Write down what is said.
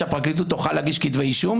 כדי שהפרקליטות תוכל להגיש כתבי אישום